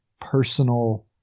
personal